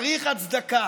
צריך הצדקה.